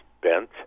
bent